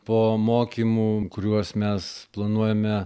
po mokymų kuriuos mes planuojame